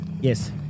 Yes